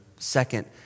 Second